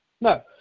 No